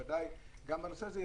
ודאי גם בנושא הזה,